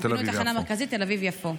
נכון, פינוי התחנה המרכזית תל אביב-יפו.